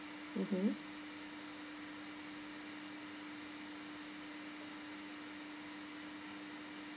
mmhmm